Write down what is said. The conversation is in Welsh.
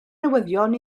newyddion